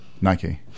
Nike